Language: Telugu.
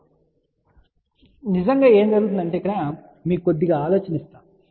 కాబట్టి నిజంగా ఏమి జరుగుతుందో ఇప్పుడు మీకు కొద్దిగా ఆలోచన ఉంది